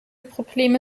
probleme